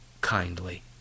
kindly